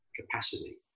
capacity